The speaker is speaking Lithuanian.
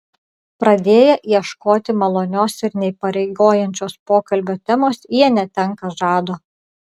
pradėję ieškoti malonios ir neįpareigojančios pokalbio temos jie netenka žado